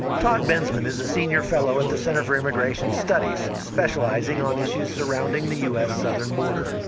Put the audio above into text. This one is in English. todd bensman is a senior fellow at the center for immigration studies, specializing on issues surrounding the u s. southern border.